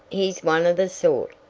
he's one of the sort,